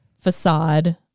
facade